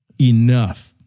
Enough